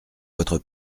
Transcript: votre